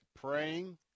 Praying